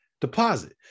deposit